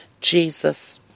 Jesus